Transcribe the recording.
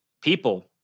people